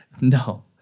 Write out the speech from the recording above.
no